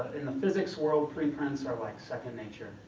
in the physics world, pre-prints are like second nature.